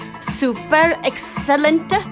super-excellent